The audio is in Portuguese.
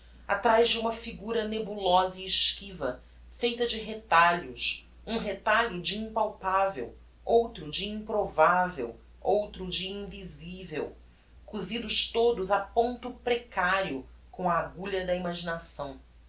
atraz de uma figura nebulosa e esquiva feita de retalhos um retalho de impalpavel outro de improvavel outro de invisivel cosidos todos a ponto precario com a agulha da imaginação